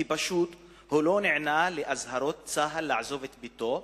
כי פשוט הוא לא נענה לאזהרות צה"ל לעזוב את ביתו,